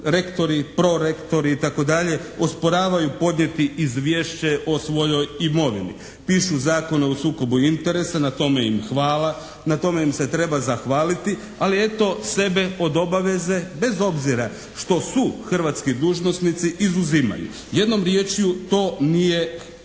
rektori, prorektori itd. osporavaju podnijeti izvješće o svojoj imovini. Pišu zakone o sukobu interesa, na tome im hvala, na tome im se treba zahvaliti ali eto sebe pod obaveze bez obzira što su hrvatski dužnosnici izuzimaju. Jednom riječju, to nije u redu.